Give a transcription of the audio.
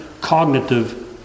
cognitive